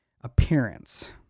appearance